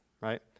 Right